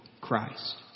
Christ